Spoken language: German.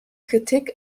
kritik